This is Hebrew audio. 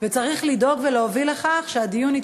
וצריך לדאוג ולהוביל לכך שהדיון בוועדת החינוך